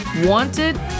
wanted